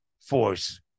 force